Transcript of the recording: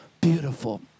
beautiful